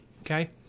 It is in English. okay